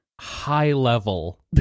high-level